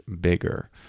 bigger